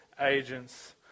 agents